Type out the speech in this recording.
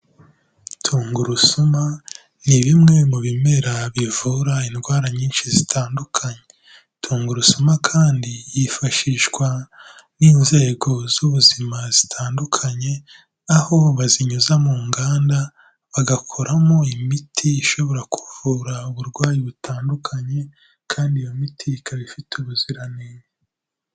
Tungurusumu ni bimwe mu bimera, bivura indwara nyinshi zitandukanye. Tungurusumu kandi, yifashishwa n'inzego z'ubuzima zitandukanye, aho bazininyuza mu nganda, bagakoramo imiti ishobora kuvura uburwayi butandukanye, kandi iyo miti ikaba ifite ubuziranenge.